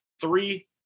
three